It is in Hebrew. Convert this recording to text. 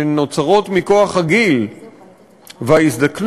שנוצרות מכוח הגיל וההזדקנות.